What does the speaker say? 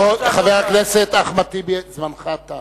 כבוד חבר הכנסת אחמד טיבי, זמנך תם.